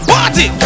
Party